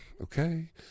okay